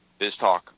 BizTalk